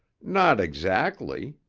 not exactly.